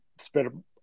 Spread